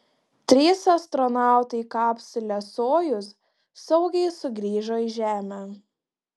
trys astronautai kapsule sojuz saugiai sugrįžo į žemę